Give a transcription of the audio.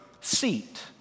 seat